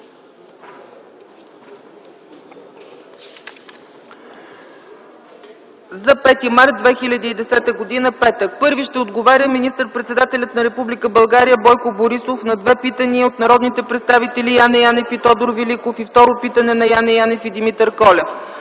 за 5 март 2010 г., петък: Първи ще отговаря министър-председателят на Република България Бойко Борисов на две питания от народните представители Яне Янев и Тодор Великов и на второ питане на Яне Янев и Димитър Колев.